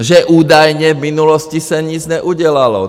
Že údajně v minulosti se nic neudělalo.